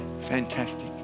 fantastic